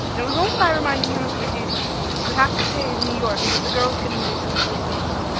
and it was only by reminding him of the duty he would have to pay in new york that the girls could induce him to desist.